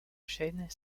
chaine